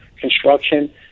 construction